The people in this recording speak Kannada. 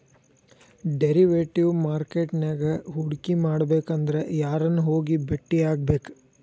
ಡೆರಿವೆಟಿವ್ ಮಾರ್ಕೆಟ್ ನ್ಯಾಗ್ ಹೂಡ್ಕಿಮಾಡ್ಬೆಕಂದ್ರ ಯಾರನ್ನ ಹೊಗಿ ಬೆಟ್ಟಿಯಾಗ್ಬೇಕ್?